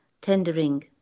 tendering